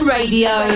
Radio